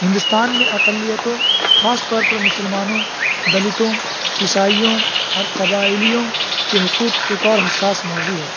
ہندوستان میں اقلیتوں خاص طور پر مسلمانوں دلتوں عیسائیوں اور قبائلیوں کے حقوق ایک اور حساس موضوع ہے